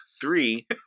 Three